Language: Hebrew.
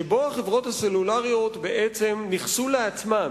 שבו החברות הסלולריות בעצם ניכסו לעצמן